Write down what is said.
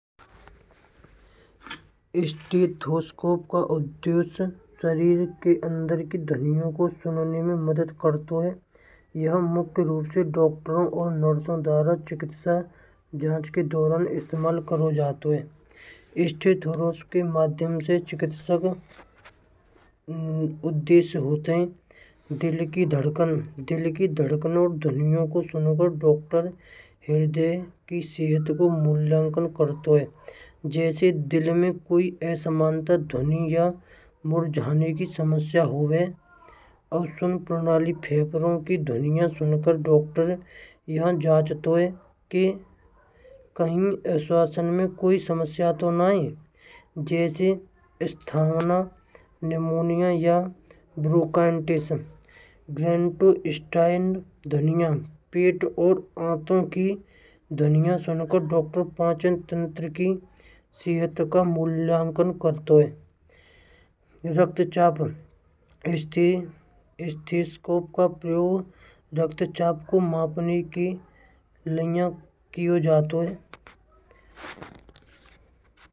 स्टेथोस्कोप का उद्देश्य शरीर के अंदर की ध्वनियों को सुनने में मदद करता है। यह मुक्त रूप से डॉक्टरों और नर्सों द्वारा चिकित्सा जांच के दौरान इस्तेमाल किया जाता है। स्टेथोस्कोप के माध्यम से चिकित्सक उद्देश्य होते दिल की धड़कन। दिल की धड़कन और दिलों को सुनो कर। डॉक्टर भेजें की सेहत को मूल्यांकन करते हुए। जैसे दिल में कोई असामान्यता ध्वनि। या मुरझाने की समस्या हो गई। और सुन प्रणाली फेफड़ों की ध्वनियां सुनकर डॉक्टर यहां जानो है। कि अस्वासन में कोई समस्या तो नहीं आई। जैसे स्थान आनो, निमोनिया या प्रोकाइनटेशन। ब्रैह्न्तुस्तैन ध्वनिया: पेट और आंतों की ध्वनियां सुनकर डॉक्टर पाचन तंत्र की सेहत का मूल्यांकन करते हैं। रक्तचाप, स्टेथिस्स्कोप का उपयोग रक्तचाप को मापने के लिए किया जाता है।